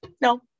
No